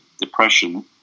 depression